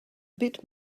bit